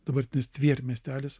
dabartinis tvier miestelis